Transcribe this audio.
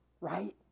Right